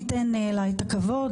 הייתה מדענית ראשית הרבה מאוד שנים,